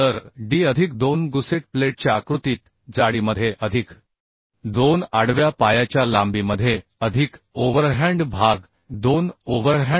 तर d अधिक 2 gusset प्लेटच्या जाडीमध्ये अधिक 2 आडव्या पायाच्या लांबीमध्ये अधिक ओव्हरहँड भाग 2